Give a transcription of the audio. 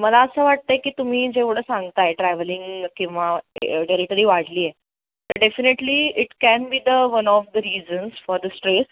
मला असं वाटत आहे की तुम्ही जेवढं सांगताय ट्रॅव्हलिंग किंवा टेरिटेरी वाढली आहे definitely it can be the one of the reasons for the stress